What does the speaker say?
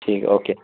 ٹھیک ہے اوکے